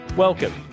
Welcome